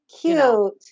cute